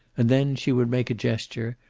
and then she would make a gesture,